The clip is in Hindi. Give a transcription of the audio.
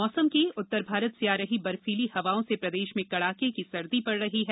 मौसम उत्तर भारत से आ रही बर्फीली हवाओं से प्रदेश प्रदेश में कड़के सर्दी पड़ रही है